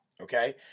okay